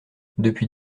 depuis